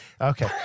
Okay